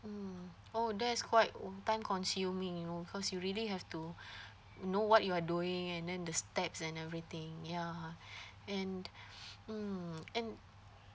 mm oh that's quite time consuming you know because you really have to know what you're doing and then the steps and everything ya and mm and